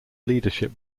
leadership